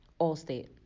Allstate